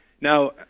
Now